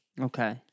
Okay